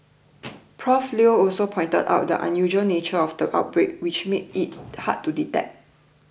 Prof Leo also pointed out the unusual nature of the outbreak which made it hard to detect